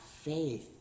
faith